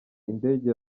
indege